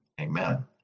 Amen